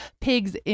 pigs